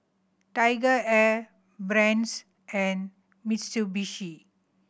TigerAir Brand's and Mitsubishi